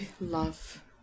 Love